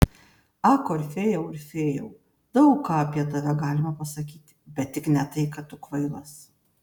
ak orfėjau orfėjau daug ką apie tave galima pasakyti bet tik ne tai kad tu kvailas